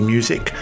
Music